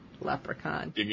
leprechaun